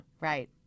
Right